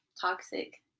toxic